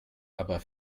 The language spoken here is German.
aber